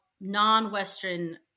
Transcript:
non-Western